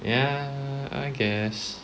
ya I guess